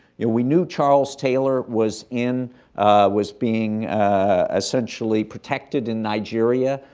yeah we knew charles taylor was in was being essentially protected in nigeria.